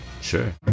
sure